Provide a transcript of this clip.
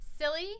Silly